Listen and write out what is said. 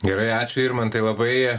gerai ačiū irmantai labai